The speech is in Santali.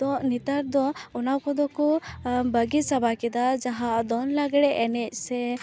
ᱛᱚ ᱱᱮᱛᱟᱨ ᱫᱚ ᱚᱱᱟ ᱠᱚᱫᱚ ᱠᱚ ᱵᱟᱹᱜᱤ ᱪᱟᱵᱟ ᱠᱮᱫᱟ ᱡᱟᱦᱟᱸ ᱫᱚᱝ ᱞᱟᱜᱽᱲᱮ ᱮᱱᱮᱡ ᱥᱮ